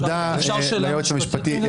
תודה ליועץ המשפטי.